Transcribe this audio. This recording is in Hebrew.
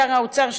שר האוצר,